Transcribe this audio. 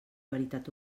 veritat